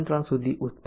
3 સુધી ઉત્પાદન